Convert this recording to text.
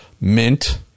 mint